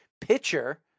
pitcher